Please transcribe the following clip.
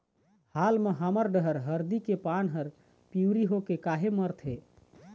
हाल मा हमर डहर हरदी के पान हर पिवरी होके काहे मरथे?